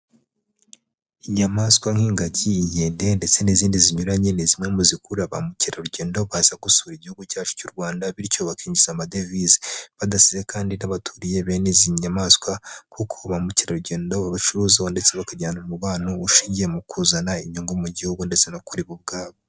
Inyamaswa nk'ingagi, inkende ndetse n'izindi zinyuranye, ni zimwe mu zikurura ba mukerarugendo baza gusura Igihugu cyacu cy'u Rwanda, bityo bakinjiza amadevize. Badasize kandi n'abaturiye bene izi nyamaswa kuko ba mukerarugendo babacuruzaho ndetse bakagirana umubano ushingiye mu kuzana inyungu mu gihugu ndetse no kuri bo ubwabo.